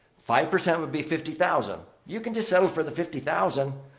five percent would be fifty thousand. you can just settle for the fifty thousand.